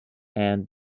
and